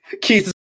Keith